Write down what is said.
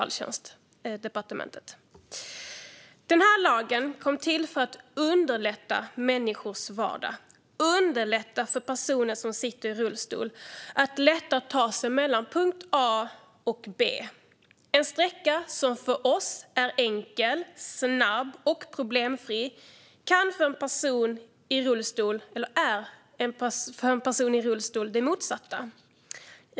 Lagen kom till för att underlätta människors vardag, för att underlätta för personer som sitter i rullstol att ta sig mellan punkt A och punkt B. En sträcka som för oss är enkel, snabb och problemfri är för en person som sitter i rullstol det motsatta.